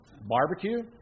Barbecue